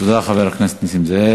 תודה לחבר הכנסת נסים זאב.